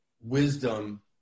wisdom